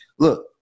Look